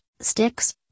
sticks